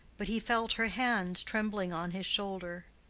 but he felt her hand trembling on his shoulder.